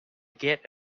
get